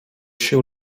sił